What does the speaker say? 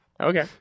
Okay